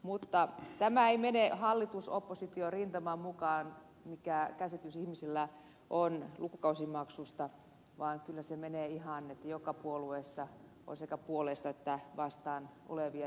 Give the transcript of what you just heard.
mutta tämä ei mene hallitusoppositiorintaman mukaan mikä käsitys ihmisillä on lukukausimaksuista vaan kyllä se menee ihan niin että joka puolueessa on sekä puolesta että vastaan olevia